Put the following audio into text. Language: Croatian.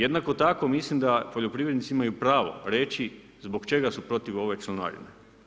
Jednako tako mislim da poljoprivrednici imaju pravo reći zbog čega su protiv ove članarine.